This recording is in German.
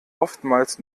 oftmals